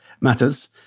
matters